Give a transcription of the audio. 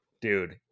dude